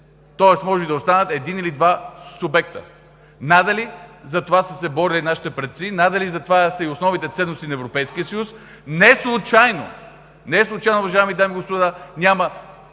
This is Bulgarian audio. Тоест може да останат един или два субекта. Надали за това са се борили нашите предци, надали това са основните ценности на Европейския съюз. Неслучайно, уважаеми дами и господа, няма